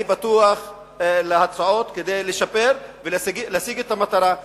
אני פתוח להצעות כדי לשפר ולהשיג את המטרה,